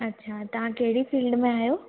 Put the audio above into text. अच्छा तव्हां कहिड़ी फिल्ड में अहियो